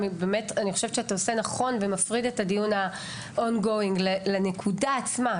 אני באמת חושבת שאתה עושה נכון ומפריד את הדיון ה-ongoing לנקודה עצמה.